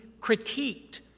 critiqued